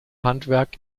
handwerk